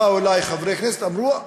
באו אלי חברי כנסת, ואמרו: